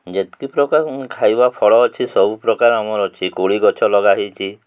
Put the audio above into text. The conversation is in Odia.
ଯେତିକି ପ୍ରକାର ଖାଇବା ଫଳ ଅଛି ସବୁପ୍ରକାର ଆମର ଅଛି କୋଳି ଗଛ ଲଗାହେଇଛି